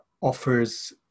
offers